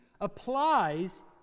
applies